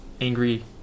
Angry